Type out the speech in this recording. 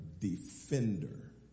Defender